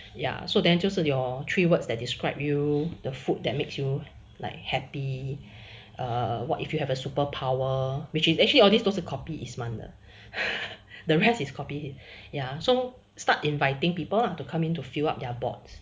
ya so then 就是 your three words that describe you the food that makes you like happy err what if you have a super power which is actually all this 都是 copy isman 的 the rest is copy ya so start inviting people lah to come in to fill up their boards